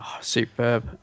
superb